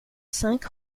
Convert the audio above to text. cinq